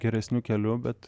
geresniu keliu bet